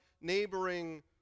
neighboring